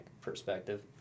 perspective